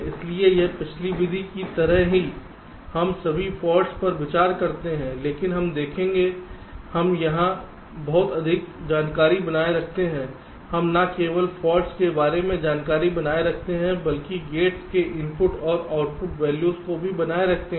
इसलिए यहां पिछली विधि की तरह ही हम सभी फॉल्ट्स पर विचार करते हैं लेकिन हम देखेंगे हम यहां बहुत अधिक जानकारी बनाए रखते हैं हम न केवल फॉल्ट्स के बारे में जानकारी बनाए रखते हैं बल्कि गेट्स के इनपुट और आउटपुट वैल्यूों को भी बनाए रखते हैं